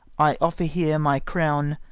i offer here my crown,